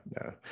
no